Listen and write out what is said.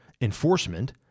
enforcement